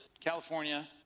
California